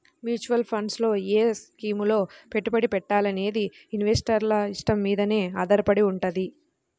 mutual funds లో ఏ స్కీముల్లో పెట్టుబడి పెట్టాలనేది ఇన్వెస్టర్ల ఇష్టం మీదనే ఆధారపడి వుంటది